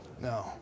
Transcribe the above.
No